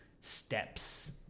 steps